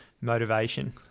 motivation